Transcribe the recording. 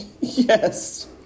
yes